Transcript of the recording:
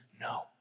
No